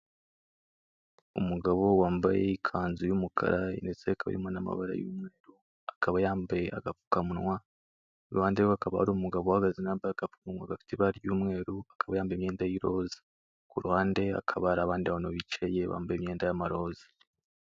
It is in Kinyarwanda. Umugabo wambaye ikanzu y'umukara ndetse hakaba harimo n'amabara y'umweru, akaba yambaye agapfukamunwa iruhande rwe hakaba hari umugabo uhagaze unambaye agapfunwa afite ibara ry'umweru akaba yambaye imyenda y'iroza, ku ruhande hakaba hari abandi bantu bicaye bambaye imyenda y'amaroza.